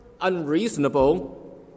unreasonable